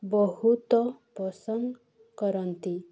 ବହୁତ ପସନ୍ଦ କରନ୍ତି